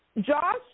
Josh